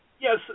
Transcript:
Yes